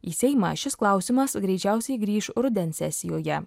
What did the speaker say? į seimą šis klausimas greičiausiai grįš rudens sesijoje